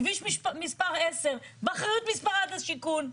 כביש מספר 10. באחריות משרד השיכון.